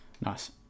Nice